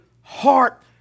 heart